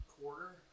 quarter